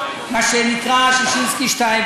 מה שנקרא ששינסקי 2,